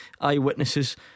Eyewitnesses